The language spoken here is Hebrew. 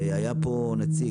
היה פה נציג,